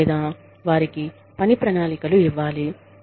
లేదా వారికి పని ప్రణాళికలు ఇవ్వాలి